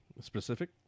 specific